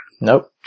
Nope